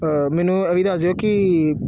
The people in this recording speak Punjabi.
ਮੈਨੂੰ ਇਹ ਵੀ ਦੱਸ ਦਿਓ ਕਿ